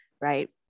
right